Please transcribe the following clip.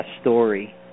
story